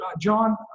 John